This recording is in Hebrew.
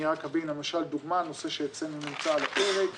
אני רק אביא דוגמה, נושא שנמצא אצלנו על הפרק.